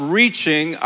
reaching